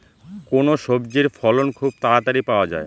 কোন সবজির ফলন খুব তাড়াতাড়ি পাওয়া যায়?